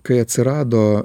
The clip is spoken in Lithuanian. kai atsirado